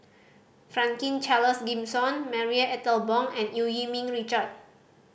Franklin Charles Gimson Marie Ethel Bong and Eu Yee Ming Richard